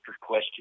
question